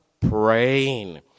praying